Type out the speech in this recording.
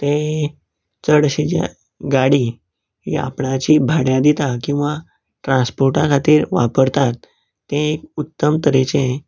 तें चड अशे जे गाडी बी आपणाची भाड्याक दितात किंवां ट्रानस्पोर्टा खातीर वापरतात तें एक उत्तम तरेचें